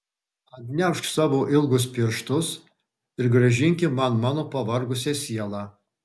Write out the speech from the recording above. atgniaužk savo ilgus pirštus ir grąžinki man mano pavargusią sielą